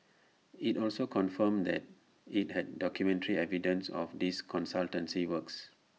IT also confirmed that IT had documentary evidence of these consultancy works